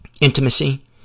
intimacy